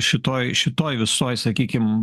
šitoj šitoj visoj sakykim